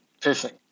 perfect